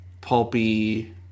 pulpy